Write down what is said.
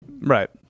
Right